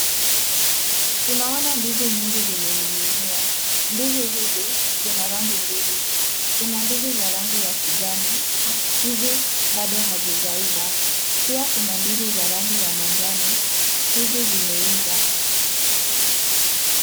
Tunaona ndizi nyingi zimeninginia hizi ndizi zina rangi mbili, kuna ndizi za rangi ya kijani hizi bado hazijaiva pia kuna ndizi za rangi ya manjano hizi zimeiva.